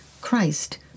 Christ